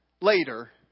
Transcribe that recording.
later